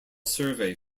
survey